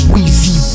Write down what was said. Weezy